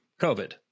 COVID